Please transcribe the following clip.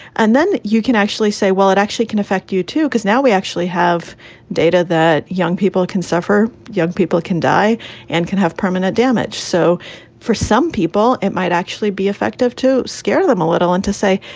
and then you can actually say, well, it actually can affect you, too, because now we actually have data data that young people can suffer. young people can die and can have permanent damage. so for some people, it might actually be effective to scare them a little and to say,